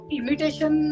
imitation